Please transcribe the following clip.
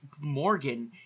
Morgan